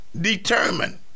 determined